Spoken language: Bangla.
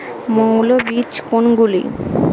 মৌল বীজ কোনগুলি?